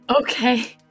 Okay